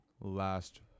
last